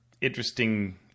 interesting